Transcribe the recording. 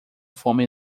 fome